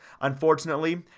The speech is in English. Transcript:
Unfortunately